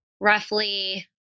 roughly